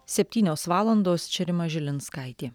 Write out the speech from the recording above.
septynios valandos čia rima žilinskaitė